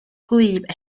gwlyb